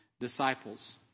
disciples